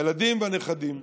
הילדים והנכדים,